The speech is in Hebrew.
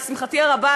לשמחתי הרבה,